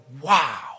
wow